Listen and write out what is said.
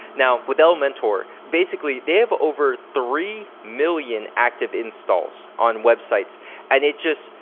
now, with elementor basically, they have over three million active installs on websites and it just,